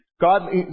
God